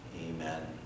amen